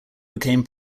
became